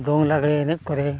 ᱫᱚᱝ ᱞᱟᱜᱽᱲᱮ ᱮᱱᱮᱡ ᱠᱚᱨᱮ